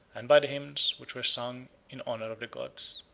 and by the hymns which were sung in honor of the gods.